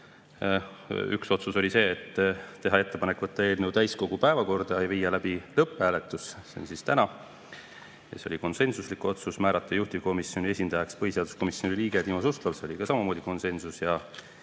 Üks otsus oli see, et teha ettepanek võtta eelnõu täiskogu päevakorda ja viia läbi lõpphääletus täna. See oli konsensuslik otsus. Teiseks, määrata juhtivkomisjoni esindajaks põhiseaduskomisjoni liige Timo Suslov. See oli samamoodi konsensuslik.